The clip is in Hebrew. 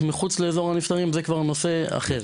מחוץ לאזור הנפטרים שזה כבר נושא אחר.